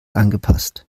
angepasst